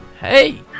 Hey